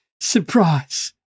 surprise